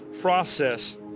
process